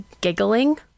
giggling